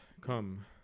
come